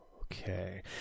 okay